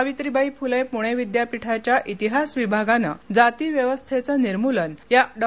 सावित्रीबाई फुले पुणे विद्यापीठाच्या इतिहास विभागानं जातिव्यवस्थेचे निर्मूलन या डॉ